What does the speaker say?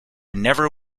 never